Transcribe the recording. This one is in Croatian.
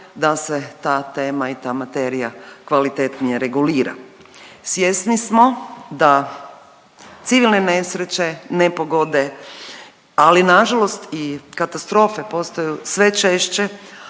da se ta tema i ta materija kvalitetnije regulira. Svjesni smo da civilne nesreće, nepogode ali nažalost i katastrofe postaju sve češće,